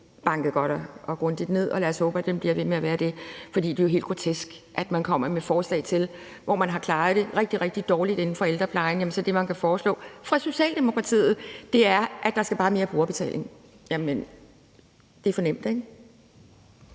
banket godt og grundigt ned, og lad os håbe, at den bliver ved med at være det. For det er helt grotesk, at det, man kan foreslå fra Socialdemokratiets side, hvor man har klaret det rigtig, rigtig dårligt inden for ældreplejen, så er, at der bare skal være mere brugerbetaling. Jamen, det er for nemt, ikke?